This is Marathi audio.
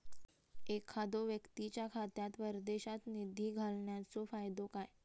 एखादो व्यक्तीच्या खात्यात परदेशात निधी घालन्याचो फायदो काय?